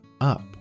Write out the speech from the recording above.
up